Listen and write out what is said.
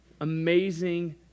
amazing